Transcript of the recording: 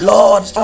Lord